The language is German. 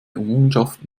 errungenschaft